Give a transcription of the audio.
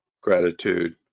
gratitude